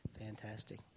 fantastic